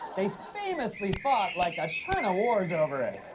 they famously fought, like, a ton of wars over it.